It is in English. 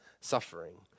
suffering